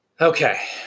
Okay